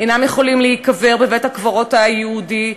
אינם יכולים להיקבר בבית-הקברות היהודי,